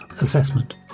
assessment